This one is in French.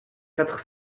quatre